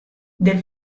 del